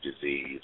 disease